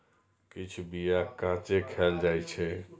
किछु बीया कांचे खाएल जाइ छै